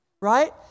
right